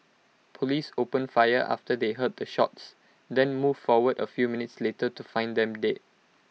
Police opened fire after they heard the shots then moved forward A few minutes later to find them dead